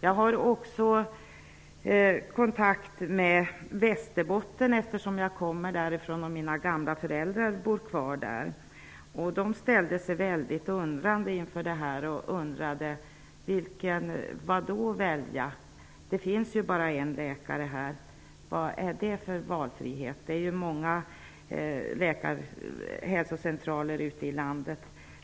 Jag har också kontakt med Västerbotten eftersom jag kommer där ifrån och mina gamla föräldrar bor kvar där. De ställde sig väldigt undrande. De sade: ''Vadå välja? Det finns ju bara en läkare här''. Vad är det för valfrihet? Många hälsocentraler ute i landet